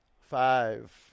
five